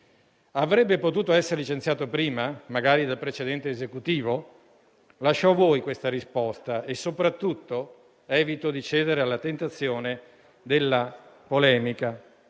Avrebbe potuto essere licenziato prima, magari dal precedente Esecutivo? Lascio a voi questa risposta e soprattutto evito di cedere alla tentazione della polemica.